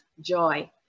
joy